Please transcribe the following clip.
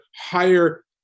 higher